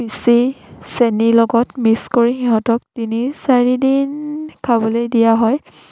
পিচি চেনিৰ লগত মিক্স কৰি সিহঁতক তিনি চাৰিদিন খাবলে দিয়া হয়